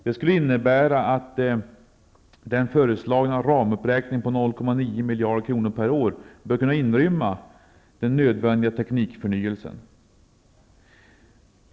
Det skulle innebära att den föreslagna ramuppräkningen på 0,9 miljarder kronor per år bör kunna inrymma den nödvändiga teknikförnyelsen.